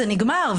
זה נגמר,